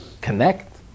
connect